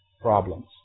Problems